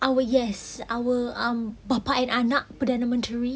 our yes our um bapa dan anak perdana menteri